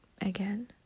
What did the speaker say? again